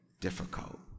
difficult